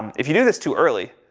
if you do this too early,